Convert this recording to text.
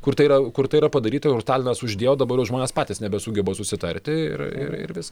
kur tai yra kur tai yra padaryta ir stalinas uždėjo dabar jau žmonės patys nebesugeba susitarti ir ir ir vis